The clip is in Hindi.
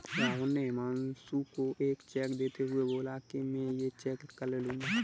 राहुल ने हुमांशु को एक चेक देते हुए बोला कि मैं ये चेक कल लूँगा